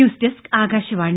news desk Akashvani